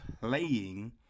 playing